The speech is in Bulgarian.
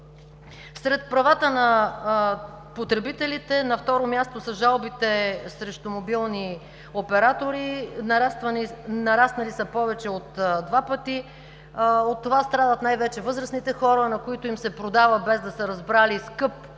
Сред правата на потребителите, на второ място, са жалбите срещу мобилни оператори. Нараснали са повече от два пъти. От това страдат най-вече възрастните хора, на които им се продава, без да са разбрали, скъп